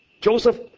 Joseph